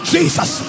Jesus